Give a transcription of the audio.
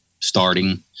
starting